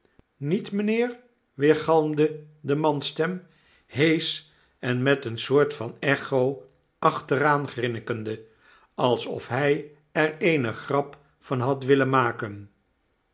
niet mijnheer weergalmde de mansstem heesch en met een soort van echo achteraan grinnikende alsof hg er eene grap van had willen maken